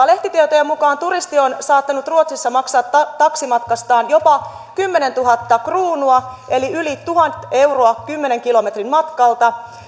lehtitietojen mukaan turisti on saattanut ruotsissa maksaa taksimatkastaan jopa kymmenentuhatta kruunua eli yli tuhat euroa kymmenen kilometrin matkalta